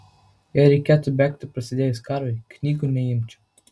jei reikėtų bėgti prasidėjus karui knygų neimčiau